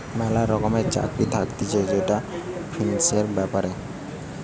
ম্যালা রকমের চাকরি থাকতিছে যেটা ফিন্যান্সের ব্যাপারে